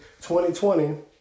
2020